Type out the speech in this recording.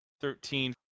thirteen